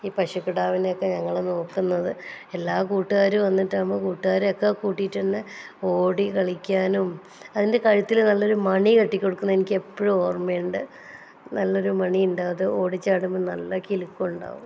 ഈ പശുക്കിടാവിനെ ഒക്കെ ഞങ്ങൾ നോക്കുന്നത് എല്ലാ കൂട്ടുകാർ വന്നിട്ടാകുമ്പോൾ കൂട്ടുകാരൊക്കെ കൂട്ടീട്ടൊന്ന് ഓടി കളിയാക്കാനും ആതിൻ്റെ കഴുത്തിൽ നല്ലൊരു മണി കെട്ടി കൊടുക്കണം എനിക്കെപ്പഴും ഓർമ്മയുണ്ട് നല്ലൊരു മണി ഉണ്ട് അത് ഓടി ചാടുമ്പോൾ നല്ല കിലുക്കമുണ്ടാവും